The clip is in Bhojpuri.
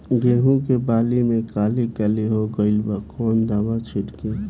गेहूं के बाली में काली काली हो गइल बा कवन दावा छिड़कि?